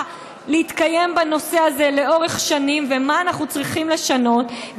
להתקיים בנושא הזה לאורך שנים ומה אנחנו צריכים לשנות,